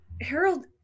Harold